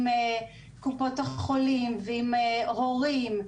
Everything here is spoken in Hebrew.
קופות החולים והורים,